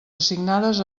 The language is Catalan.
assignades